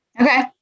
Okay